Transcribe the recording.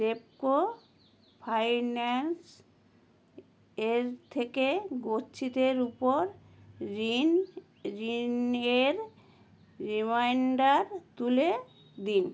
Repco finance এ এর থেকে গচ্ছিতের উপর ঋণ ঋণ এর রিমাইন্ডার তুলে দিন